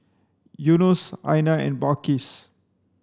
Yunos Aina and Balqis